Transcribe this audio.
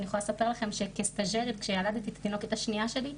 אני יכולה לספר לכם שכסטז'רית כשילדתי את התינוקת השנייה שלי,